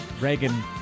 Reagan